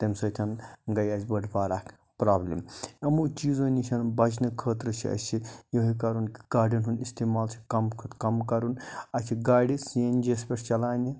تَمہِ سۭتۍ گٔے اَسہِ بٔڑ بار اَکھ پرٛابلِم یِمو چیٖزو نِش بَچنہٕ خٲطرٕ چھِ اَسہِ یِہوٚے کَرُن کاڑٮ۪ن ہُنٛد اِستعمال چھِ کَم کھۄتہٕ کَم کَرُن اَسہِ چھِ گاڑِ سی اٮ۪ن جِیَس پٮ۪ٹھ چلاونہِ